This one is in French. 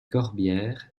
corbières